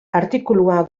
artikulua